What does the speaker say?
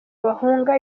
bahunga